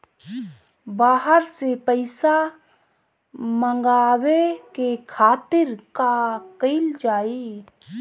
बाहर से पइसा मंगावे के खातिर का कइल जाइ?